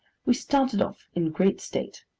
we started off in great state.